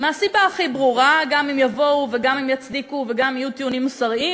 מהסיבה הכי ברורה שגם אם יבואו וגם אם יצדיקו וגם יהיו טיעונים מוסריים,